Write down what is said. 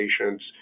patients